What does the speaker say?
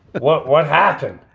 well, what happened?